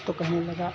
तो कहने लगा